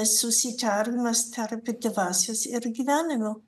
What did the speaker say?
susitarimas tarp dvasios ir gyvenimo